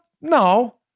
No